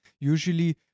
usually